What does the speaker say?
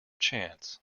chance